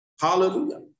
Hallelujah